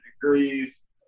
Degrees